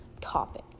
topic